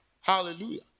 Hallelujah